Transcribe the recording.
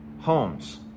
homes